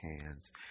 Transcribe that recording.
hands